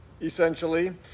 Essentially